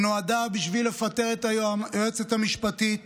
היא נועדה בשביל לפטר את היועצת המשפטית